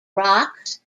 rocks